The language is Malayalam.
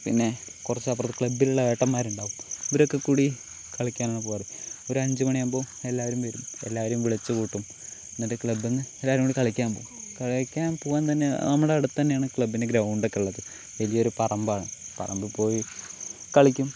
പിന്നെ കുറച്ച് അപ്പുറത്ത് ക്ലബിലുള്ള ഏട്ടന്മാരുണ്ടാവും ഇവരൊക്കെ കൂടി കളിക്കാനാണ് പോവാറ് ഒരഞ്ച് മണിയാകുമ്പോൾ എല്ലാവരും വരും എല്ലാവരും വിളിച്ച് കൂട്ടും എന്നിട്ട് ക്ലബ്ബിൽ നിന്ന് എല്ലാവരും കൂടി കളിക്കാൻ പോകും കളിക്കാൻ പോകാൻ തന്നെ നമ്മുടെ അടുത്തുതന്നെയാണ് ക്ലബ്ബിന് ഗ്രൗണ്ടൊക്കെ ഉള്ളത് വലിയൊരു പറമ്പാണ് പറമ്പിൽപ്പോയി കളിക്കും